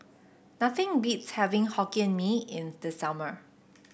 nothing beats having Hokkien Mee in the summer